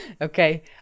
Okay